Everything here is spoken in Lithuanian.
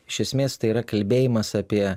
iš esmės tai yra kalbėjimas apie